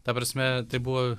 ta prasme tai buvo